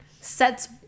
sets